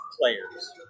players